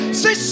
say